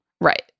Right